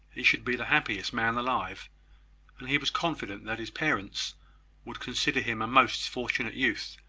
he should be the happiest man alive and he was confident that his parents would consider him a most fortunate youth,